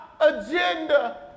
agenda